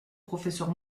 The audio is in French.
professeur